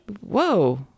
Whoa